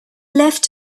left